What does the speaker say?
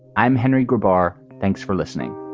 i'm henry goodbar. thanks for listening.